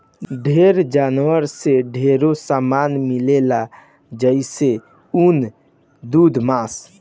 ढेर जानवर से ढेरे सामान मिलेला जइसे ऊन, दूध मांस